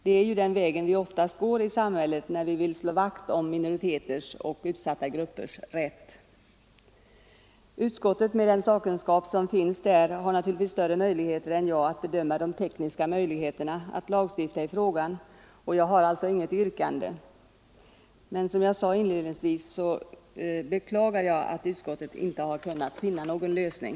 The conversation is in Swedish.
Det är ju den vägen vi oftast går i samhället när vi vill slå vakt om minoriteters och utsatta gruppers rätt. Utskottet, med den sakkunskap som finns där, har naturligtvis större möjligheter än jag att bedöma de tekniska möjligheterna att lagstifta i frågan, och jag har alltså inget yrkande. Men jag beklagar som jag sade inledningsvis, att utskottet inte har kunnat finna någon lösning.